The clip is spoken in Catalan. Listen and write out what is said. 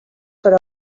farà